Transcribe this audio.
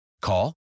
Call